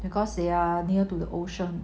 because they are near to the ocean